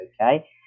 okay